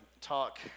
talk